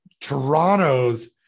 toronto's